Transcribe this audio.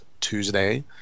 Tuesday